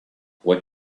what